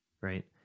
right